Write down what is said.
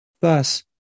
Thus